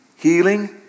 healing